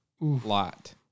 lot